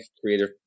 creative